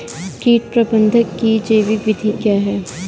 कीट प्रबंधक की जैविक विधि क्या है?